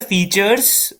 features